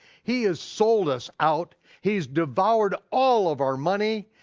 he has sold us out, he's devoured all of our money,